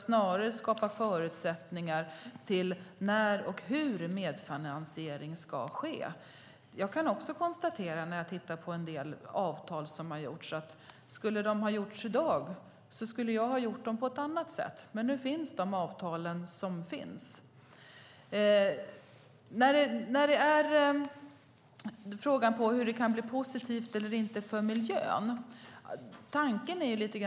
Snarare skapar man förutsättningar för när och hur medfinansiering ska ske. När jag tittar på en del avtal som har träffats kan jag tycka att om de hade tecknats i dag skulle jag ha gjort på ett annat sätt. Men nu finns avtalen. Frågan var om det kan bli positivt eller inte för miljön.